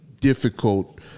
difficult